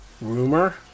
rumor